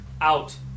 out